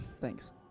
Thanks